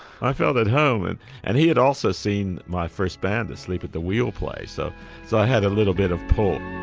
i felt at home and and he had also seen my first band asleep at the wheel play so so i had a little bit of pull.